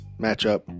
matchup